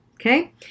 Okay